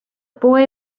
boy